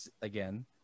again